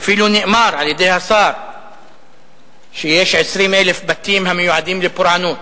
אפילו נאמר על-ידי השר שיש 20,000 בתים המועדים לפורענות.